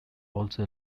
also